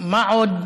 מה עוד